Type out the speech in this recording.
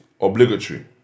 obligatory